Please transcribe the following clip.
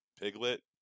piglet